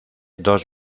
dos